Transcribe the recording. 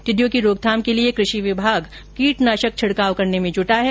टिड़िडयों की रोकथाम के लिए कृषि विभाग कीटनाशक का छिड़काव करने में जुटा है